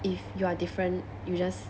if you are different you just